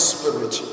Spirit